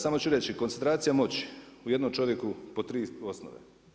Samo ću reći, koncentracija moći u jednom čovjeku po tri osnove.